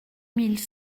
mille